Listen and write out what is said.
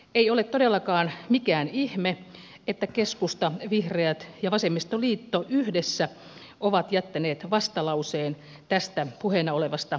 ei ole todellakaan mikään ihme että keskusta vihreät ja vasemmistoliitto yhdessä ovat jättäneet vastalauseen tästä puheena olevasta lakiesityksestä